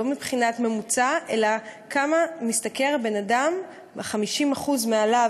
לא מבחינת ממוצע אלא כמה משתכר הבן-אדם ש-50% מעליו